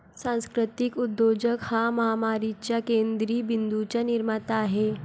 सांस्कृतिक उद्योजक हा महामारीच्या केंद्र बिंदूंचा निर्माता आहे